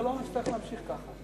זה לא אומר שצריך להמשיך כך.